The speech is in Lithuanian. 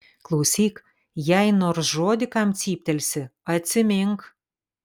klausyk jei nors žodį kam cyptelsi atsimink